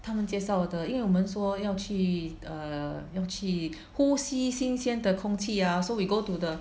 他们介绍的因为我们说要去 err 要去呼吸新鲜的空气 ah so we go to the